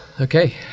Okay